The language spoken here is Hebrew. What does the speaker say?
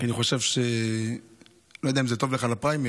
אני לא יודע אם זה טוב לך לפריימריז,